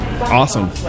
Awesome